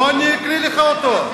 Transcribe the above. בוא ואקריא לך אותו.